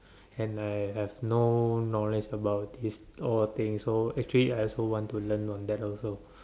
and I have no knowledge about this all thing so actually I also want to learn on that also